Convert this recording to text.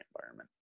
environment